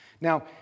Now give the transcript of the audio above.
Now